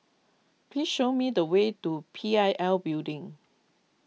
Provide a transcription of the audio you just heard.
please show me the way to P I L Building